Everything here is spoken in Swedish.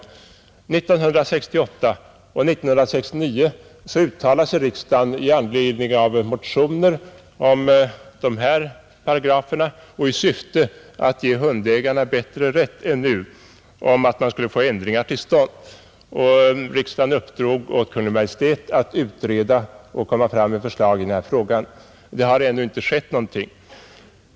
1968 och 1969 uttalade sig riksdagen, i anledning av motioner om de här paragraferna och i syfte att ge hundägarna bättre rätt än nu, för att man skulle få ändringar till stånd, och riksdagen uppdrog åt Kungl. Maj:t att utreda frågan och framlägga förslag. Det har ännu inte skett någonting.